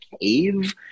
cave